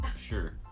sure